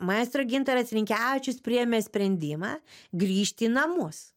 maestro gintaras rinkevičius priėmė sprendimą grįžti į namus